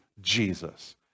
Jesus